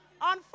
On